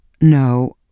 No